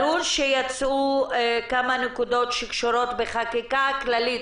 ברור שיצאו כמה נקודות שקשורות בחקיקה כללית,